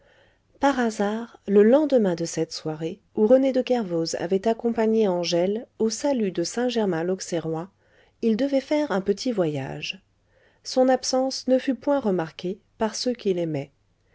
par hasard le lendemain de cette soirée où rené de kervos avait accompagné angèle au salut de saint germain lauxerrois il devait faire un petit voyage son absence ne fut point remarquée par ceux qui